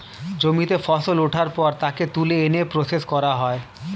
জমিতে ফসল ওঠার পর তাকে তুলে এনে প্রসেস করা হয়